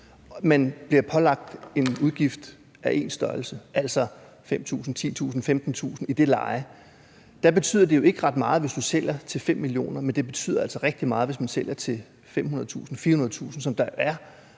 Man bliver pålagt en udgift af én størrelse, altså 5.000, 10.000, 15.000 – i det leje. Der betyder det jo ikke ret meget, hvis du sælger til 5 mio. kr., men det betyder altså rigtig meget, hvis du sælger til 500.000 eller 400.000, som der er